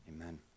amen